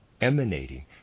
emanating